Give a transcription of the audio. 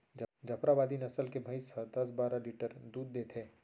जफराबादी नसल के भईंस ह दस बारा लीटर दूद देथे